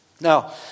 Now